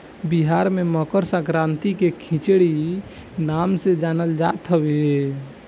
बिहार में मकरसंक्रांति के खिचड़ी नाम से जानल जात हवे